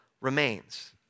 remains